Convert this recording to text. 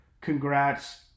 congrats